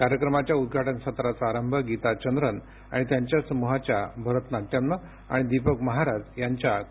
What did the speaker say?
कार्यक्रमाष्या उद्दघाटन सत्राचा आरंम गीता चंद्रन आणि त्यांच्या समूहाप्या भरतनाट्यमने आणि दीपक महाराज यांच्या कथकने होईल